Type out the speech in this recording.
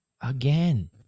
Again